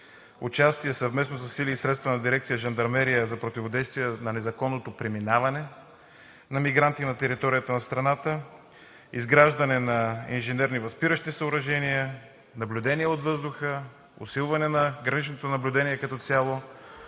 участие със сили и средства на Дирекция „Жандармерия“ за противодействие на незаконното преминаване на мигранти на територията на страната; изграждане на инженерни възпиращи съоръжения; наблюдения от въздуха; усилване на граничното наблюдение като цяло;